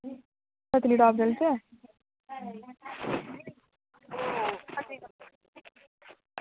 पत्नीटाप चलचै